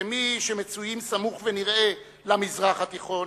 כמי שמצויים סמוך ונראה למזרח התיכון,